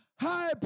High